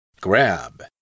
Grab